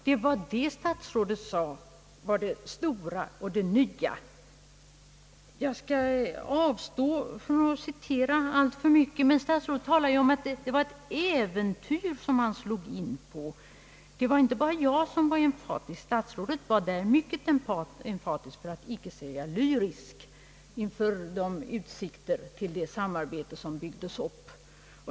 Det var detta statsrådet sade vara det stora och nya. Jag skall avstå från att citera alltför mycket. Statsrådet talar emellertid om att det var ett äventyr som man gav sig in på. Det var inte bara jag som var emfatisk. Statsrådet var själv i rätt hög grad emfatisk för att icke säga lyrisk inför de utsikter till samarbete som byggdes upp.